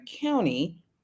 county